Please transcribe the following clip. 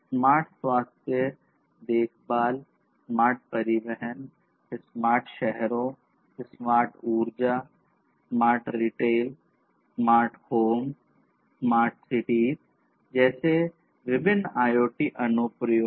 smart स्वास्थ्य देखभाल smart परिवहन स्मार्ट शहरों स्मार्ट ऊर्जा smart retail smart home smart cities जैसे विभिन्न IoT अनुप्रयोग